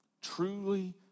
Truly